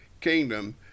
kingdom